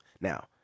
now